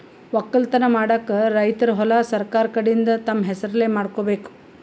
ವಕ್ಕಲತನ್ ಮಾಡಕ್ಕ್ ರೈತರ್ ಹೊಲಾ ಸರಕಾರ್ ಕಡೀನ್ದ್ ತಮ್ಮ್ ಹೆಸರಲೇ ಮಾಡ್ಕೋಬೇಕ್